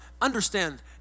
understand